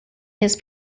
his